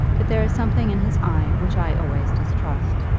but there is something in his eye which i always distrust.